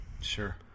Sure